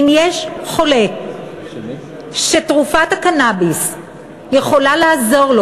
אם יש חולה שתרופת הקנאביס יכולה לעזור לו